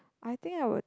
I think I would